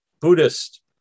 Buddhist